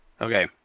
Okay